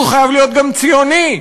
כי אם זה ממשלתי,